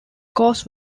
cause